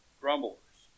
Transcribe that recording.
grumblers